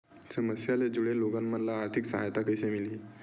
समस्या ले जुड़े लोगन मन ल आर्थिक सहायता कइसे मिलही?